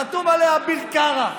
חתום עליה אביר קארה,